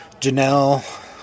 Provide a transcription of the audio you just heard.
Janelle